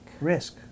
risk